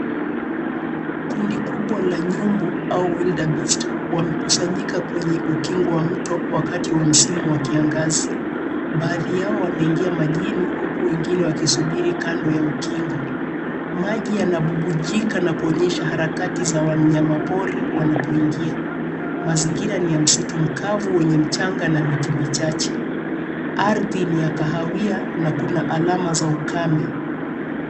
Kundi kubwa la nyumbu au wildebeast wamekusanyika kwenye ukingo wa mto wakati wa msimu wa kiangazi. Baadhi yao wanaingia majini, huku wengine wakisubiri kando ya ukingo. Maji yanabubujika na kuonyesha harakati za wanapori wanapoingia. Mazingira ni ya msitu wa kavu wenye mchanga na miti michache. Ardhi ni ya kahawia na kuna alama za ukame.